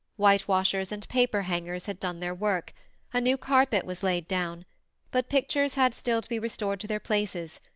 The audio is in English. whitewashers and paperhangers had done their work a new carpet was laid down but pictures had still to be restored to their places,